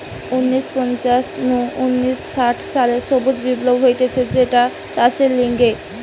উনিশ শ পঞ্চাশ নু উনিশ শ ষাট সালে সবুজ বিপ্লব হতিছে যেটা চাষের লিগে